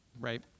right